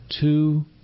two